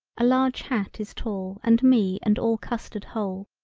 a large hat is tall and me and all custard whole.